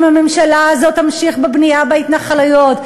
הממשלה הזאת תמשיך בבנייה בהתנחלויות?